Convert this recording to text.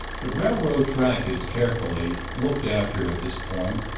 the railroad track is carefully looked after at this point,